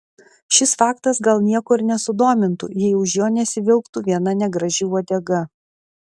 šis faktas gal nieko ir nesudomintų jei už jo nesivilktų viena negraži uodega